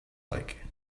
like